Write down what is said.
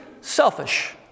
selfish